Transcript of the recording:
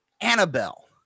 Annabelle